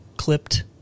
Clipped